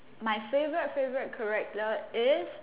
my favourite favourite character is